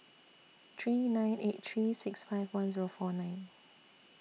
three nine eight three six five one Zero four nine